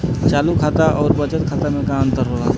चालू खाता अउर बचत खाता मे का अंतर होला?